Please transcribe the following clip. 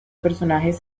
personajes